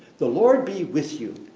the lord be with you.